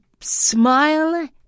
smile